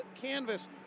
Canvas